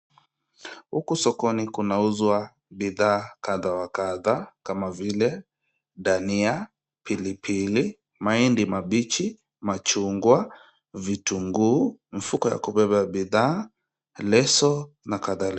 Huku sokoni kunauzwa bidhaa kadha wa kadha kama vile dania, pilipili, mahindi mabichi, machungwa, vitunguu, mifuko ya kubeba bidhaa, leso na kadhalika.